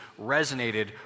resonated